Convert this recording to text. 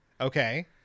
Okay